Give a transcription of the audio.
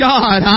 God